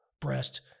breast